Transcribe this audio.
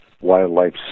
wildlife